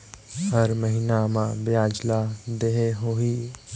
हर महीना मा ब्याज ला देहे होही?